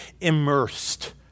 immersed